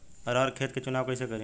अरहर के खेत के चुनाव कईसे करी?